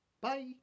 Bye